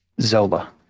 Zola